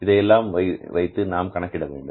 இதை வைத்து நாம் கணக்கிட வேண்டும்